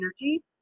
energy